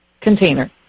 container